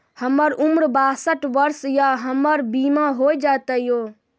हमर उम्र बासठ वर्ष या हमर बीमा हो जाता यो?